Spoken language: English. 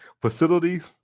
Facilities